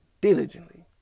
Diligently